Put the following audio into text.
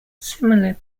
similar